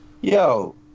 Yo